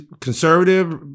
conservative